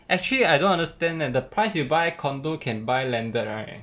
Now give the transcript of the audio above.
actually I don't understand leh the price that you buy condominium can buy landed right